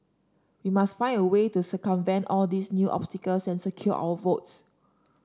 we must find a way to circumvent all these new obstacles and secure our votes